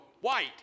white